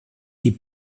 die